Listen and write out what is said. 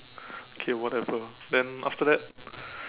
okay whatever then after that